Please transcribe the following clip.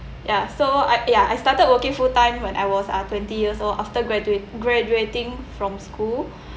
ya so I ya I started working full time when I was ah twenty years old after graduate graduating from school